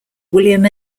william